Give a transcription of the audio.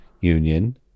union